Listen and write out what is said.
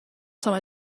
summer